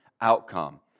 outcome